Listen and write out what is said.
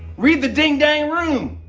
read the ding-dang room.